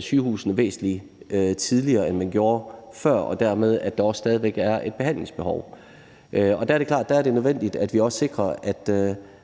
sygehusene væsentlig tidligere, end de gjorde før, og dermed at der også stadig væk er et behandlingsbehov. Og der er det klart, at det er nødvendigt, at vi også sikrer, at